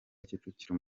kicukiro